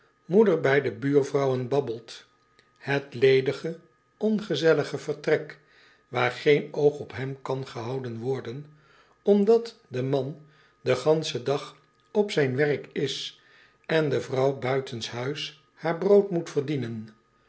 moeder bij de buurvrouwen babbelt het ledige ongezellige vertrek waar geen oog op hem kan gehouden worden omdat de man den ganschen dag op zijn werk is en de vrouw buitenshuis haar brood moet verdienen